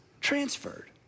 transferred